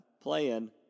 playing